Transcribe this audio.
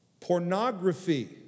Pornography